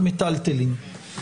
בהוצאת מטלטלין,